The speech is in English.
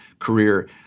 career